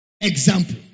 Example